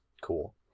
cool